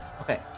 Okay